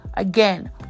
Again